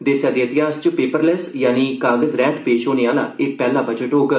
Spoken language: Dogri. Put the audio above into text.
देसै दे इतिहास च पेपरलेस यानि कागज रैहत पेश होने आहला एह् पैहला बजट होग